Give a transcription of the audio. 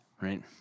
right